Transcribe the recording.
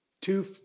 two